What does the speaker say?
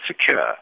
secure